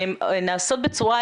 והן נעשות בצורה